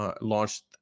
launched